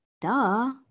duh